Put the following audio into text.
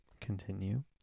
Continue